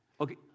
okay